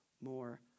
more